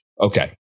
Okay